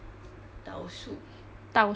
倒树是 fallen tree